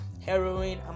heroin